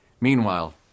Meanwhile